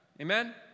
Amen